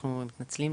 אנחנו מתנצלים,